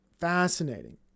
fascinating